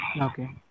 Okay